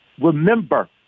Remember